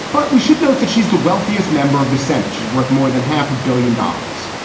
but we should note that she's the wealthiest member of the senate. she's worth more than half a billion dollars.